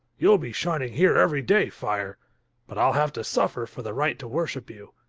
you'll be shining here every day, fire but i'll have to suffer for the right to worship you.